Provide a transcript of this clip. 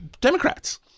Democrats